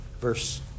verse